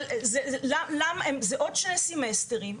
אבל זה עוד שני סמסטרים,